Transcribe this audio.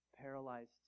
paralyzed